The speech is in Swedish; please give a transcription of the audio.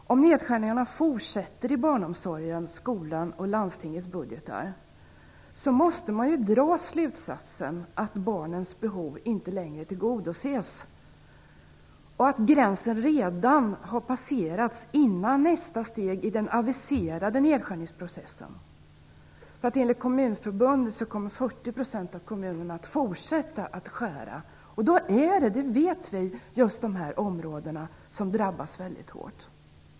Om nedskärningarna i barnomsorgen, i skolan och i landstingens budgetar fortsätter, måste man dra den slutsatsen att barnens behov inte längre tillgodoses, och gränsen har passerats redan före nästa steg i den aviserade nedskärningsprocessen. Enligt Kommunförbundet kommer 40 % av kommunerna att fortsätta att skära ned, och då är det - det vet vi - just de här områdena som drabbas väldigt hårt.